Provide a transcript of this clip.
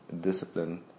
discipline